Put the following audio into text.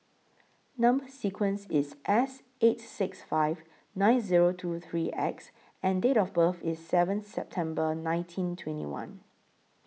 Number sequence IS S eight six five nine Zero two three X and Date of birth IS seven September nineteen twenty one